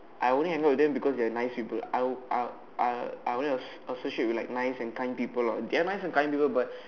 I only hang out with them because they are nice people I I I I only associate with nice and kind people they are nice and kind people but